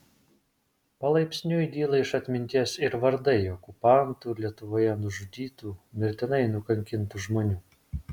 palaipsniui dyla iš atminties ir vardai okupantų lietuvoje nužudytų mirtinai nukankintų žmonių